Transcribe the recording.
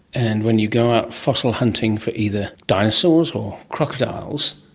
and when you go out fossil hunting for either dinosaurs or crocodiles,